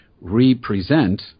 represent